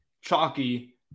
chalky